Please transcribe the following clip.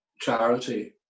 charity